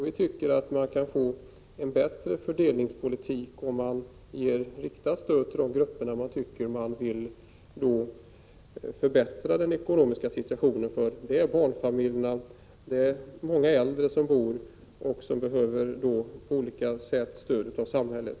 Vi tycker att man får en bättre fördelningspolitik om man ger riktat stöd till de grupper som det är angeläget att förbättra den ekonomiska situationen för — barnfamiljerna men också många äldre behöver på olika sätt stöd av samhället.